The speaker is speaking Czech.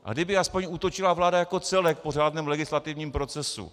A kdyby aspoň útočila vláda jako celek po řádném legislativním procesu.